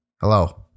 Hello